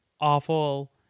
awful